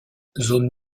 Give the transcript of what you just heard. zone